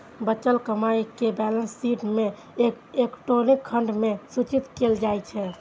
बचल कमाइ कें बैलेंस शीट मे इक्विटी खंड मे सूचित कैल जाइ छै